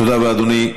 תודה רבה, אדוני.